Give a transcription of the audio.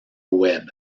web